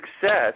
success